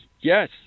yes